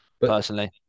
personally